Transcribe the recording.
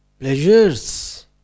Pleasures